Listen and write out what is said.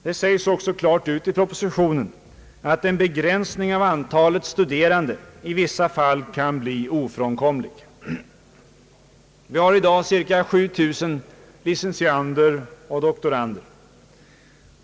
Man säger också klart ut i propositionen att en begränsning av antalet studerande i vissa fall kan bli ofrånkomlig. Vi har i dag cirka 7000 licentiander och doktorander.